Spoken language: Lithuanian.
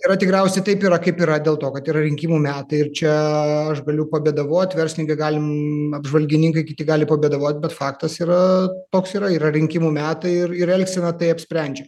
yra tikriausiai taip yra kaip yra dėl to kad yra rinkimų metai ir čia aš galiu pabėdavot verslininkai gali mum apžvalgininkai kiti gali pabėdot bet faktas yra toks yra yra rinkimų metai ir ir elgseną tai apsprendžia